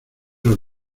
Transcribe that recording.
los